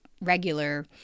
regular